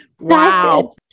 Wow